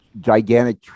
gigantic